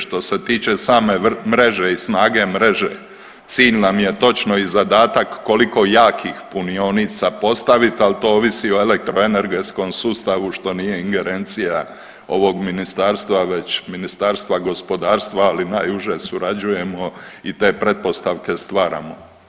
Što se tiče same mreže i snage mreže, cilj nam je točno i zadatak koliko jakih punionica postavit, ali to ovisi o elektroenergetskom sustavu što nije ingerencija ovog ministarstva već Ministarstva gospodarstva, ali najuže surađujemo i te pretpostavke stvaramo.